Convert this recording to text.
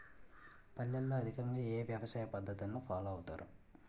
పల్లెల్లో అధికంగా ఏ వ్యవసాయ పద్ధతులను ఫాలో అవతారు?